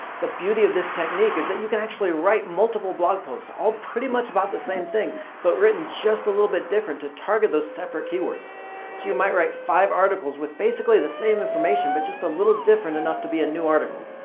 the beauty of this technique is that you can actually write multiple blog posts, all pretty much about the same thing but written just a little bit different to target the separate keywords. so you might write five articles with basically the same information but just different enough to be a new article.